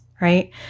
right